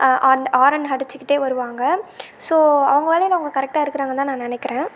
அந்த ஹாரன் அடிச்சுக்கிட்டே வருவாங்க ஸோ அவங்க வேலையில் அவங்க கரெக்டாக இருக்கிறாங்கந்தான் நான் நினைக்கிறேன்